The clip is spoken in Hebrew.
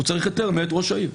הוא צריך היתר מראש העיר.